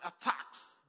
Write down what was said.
attacks